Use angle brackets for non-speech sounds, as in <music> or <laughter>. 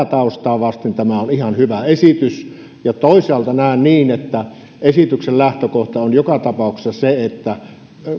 <unintelligible> taustaa vasten tämä on ihan hyvä esitys toisaalta näen niin että esityksen lähtökohta on joka tapauksessa se että